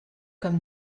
comme